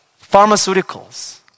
pharmaceuticals